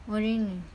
oh really